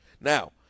Now